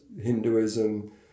Hinduism